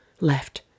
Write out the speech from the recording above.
Left